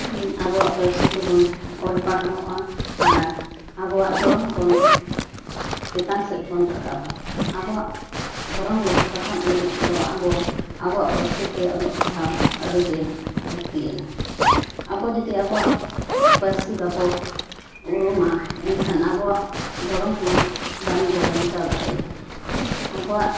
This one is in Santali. ᱟᱵᱚᱣᱟᱜ ᱯᱟᱹᱨᱥᱤ ᱛᱮᱵᱚᱱ ᱚᱞ ᱯᱟᱲᱦᱟᱣᱚᱜᱼᱟ ᱟᱨ ᱟᱵᱚᱣᱟᱜ ᱫᱷᱚᱨᱚᱢ ᱵᱚᱱ ᱪᱮᱛᱟᱱ ᱥᱮᱫ ᱵᱚᱱ ᱨᱟᱠᱟᱵᱟ ᱟᱵᱚᱣᱟᱜ ᱫᱷᱚᱨᱚᱢ ᱞᱟᱦᱟ ᱨᱟᱠᱟᱵᱽ ᱞᱟᱹᱜᱤᱫ ᱛᱮᱫᱮᱚ ᱟᱵᱚ ᱟᱵᱚᱣᱟᱜ ᱯᱟᱹᱨᱥᱤ ᱛᱮ ᱚᱞᱚᱜ ᱯᱟᱲᱦᱟᱣ ᱟᱹᱰᱤ ᱜᱮ ᱞᱟᱹᱠᱛᱤᱭᱟᱱᱟ ᱟᱵᱚ ᱡᱩᱫᱤ ᱟᱵᱚᱣᱟᱜ ᱯᱟᱹᱨᱥᱤ ᱵᱟᱵᱚ ᱩᱨᱩᱢᱟ ᱮᱱᱠᱷᱟᱱ ᱟᱵᱚᱣᱟᱜ ᱫᱷᱚᱨᱚᱢ ᱦᱚᱸ ᱵᱟᱝᱵᱚ ᱵᱟᱧᱪᱟᱣ ᱫᱟᱲᱮᱭᱟᱜᱼᱟ ᱟᱵᱚᱣᱟᱜ